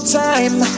time